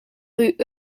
rue